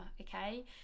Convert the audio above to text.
okay